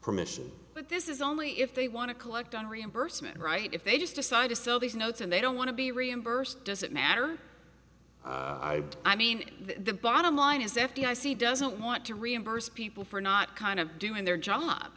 permission but this is only if they want to collect on reimbursement right if they just decide to sell these notes and they don't want to be reimbursed doesn't matter i mean the bottom line is if the i c doesn't want to reimburse people for not kind of doing their job